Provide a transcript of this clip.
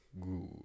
good